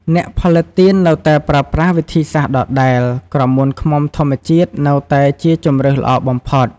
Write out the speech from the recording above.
អ្នកផលិតទៀននៅតែប្រើប្រាស់វិធីសាស្រ្តដដែល ក្រមួនឃ្មុំធម្មជាតិនៅតែជាជម្រើសល្អបំផុត។